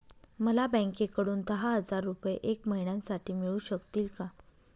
मला बँकेकडून दहा हजार रुपये एक महिन्यांसाठी मिळू शकतील का?